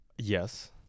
Yes